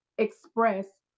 Express